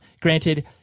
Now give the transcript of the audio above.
Granted